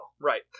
Right